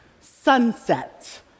Sunset